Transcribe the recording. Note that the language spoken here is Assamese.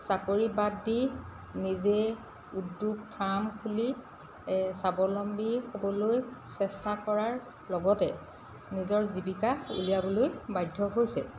চাকৰি বাদ দি নিজে উদ্যোগ ফাৰ্ম খুলি স্বাৱলম্বী হ'বলৈ চেষ্টা কৰাৰ লগতে নিজৰ জীৱিকা উলিয়াবলৈ বাধ্য হৈছে